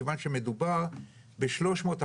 מכיוון שמדובר בשלוש מאות,